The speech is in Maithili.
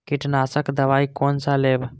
कीट नाशक दवाई कोन सा लेब?